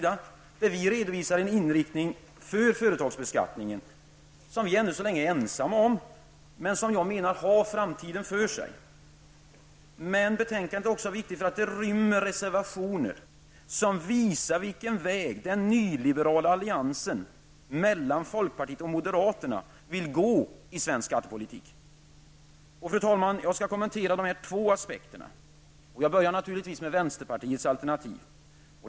Vi redovisar där en inriktning beträffande företagsbeskattningen. Ännu så länge är vi dock ensamma om denna uppfattning. Men jag menar att den av oss föreslagna inriktningen har framtiden för sig. För det andra är betänkandet viktigt därför att där finns reservationer som visar vilken väg den nyliberala alliansen -- dvs. folkpartiet och moderaterna -- vill gå i svensk skattepolitik. Jag skall kommentera dessa båda aspekter, och jag börjar då, naturligtvis, med vänsterpartiets alternativ.